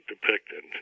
depicted